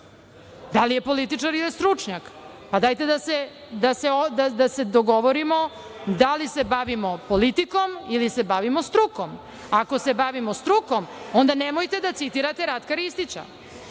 Da li je političar ili je stručnjak? Dajte da se dogovorimo da li se bavimo politikom ili se bavimo strukom? Ako se bavimo strukom, onda nemojte da citirate Ratka Ristića. Što